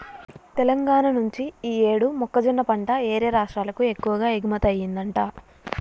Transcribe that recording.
తెలంగాణా నుంచి యీ యేడు మొక్కజొన్న పంట యేరే రాష్టాలకు ఎక్కువగా ఎగుమతయ్యిందంట